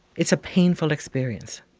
it's a painful experience.